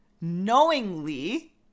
knowingly